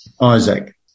Isaac